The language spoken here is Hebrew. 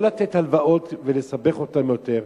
לא לתת הלוואות ולסבך אותם יותר,